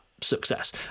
success